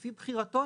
לפי בחירתו,